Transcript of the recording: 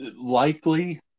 likely